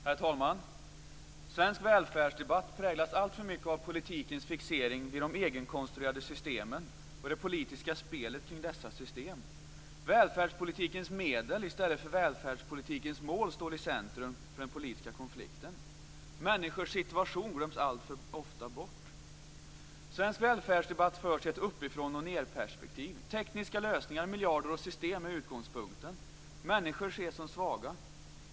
Herr talman! Svensk välfärdsdebatt präglas alltför mycket av politikens fixering vid de egenkonstruerade systemen och det politiska spelet kring dessa system. Välfärdspolitikens medel i stället för välfärdspolitikens mål står i centrum för den politiska konflikten. Människors situation glöms alltför ofta bort. Svensk välfärdsdebatt förs i ett uppifrån-och-nedperspektiv. Tekniska lösningar, miljarder och system är utgångspunkten. Människor ses som svaga.